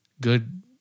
good